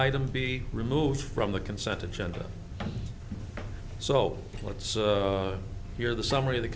item be removed from the consent agenda so let's hear the summary of the